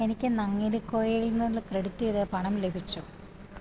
എനിക്ക് നങ്ങേലി കോയേയിൽ നിന്ന് ക്രെഡിറ്റ് ചെയ്ത പണം ലഭിച്ചോ